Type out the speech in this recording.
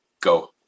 Go